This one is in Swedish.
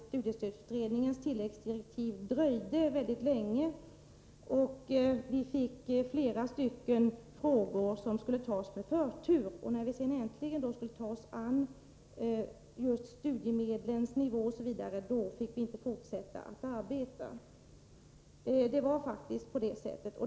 Studiestödsutredningens tilläggsdirektiv dröjde ju väldigt länge, och vi fick fler frågor som skulle behandlas med förtur. När vi sedan äntligen skulle ta oss an frågan om studiemedlens nivå fick vi inte fortsätta att arbeta. Det var faktiskt så.